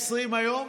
120 הימים,